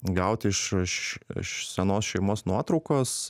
gauti iš iš iš senos šeimos nuotraukos